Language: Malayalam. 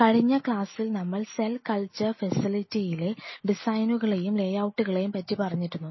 കഴിഞ്ഞ ക്ലാസ്സിൽ നമ്മൾ സെൽ കൾച്ചർ ഫെസിലിറ്റിയിലെ ഡിസൈനുകളെയും ലേയൌട്ടുകളെയും പറ്റി പറഞ്ഞിരുന്നു